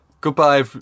Goodbye